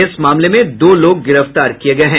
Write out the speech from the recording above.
इस मामले में दो लोग गिरफ्तार किये गये हैं